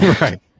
Right